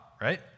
right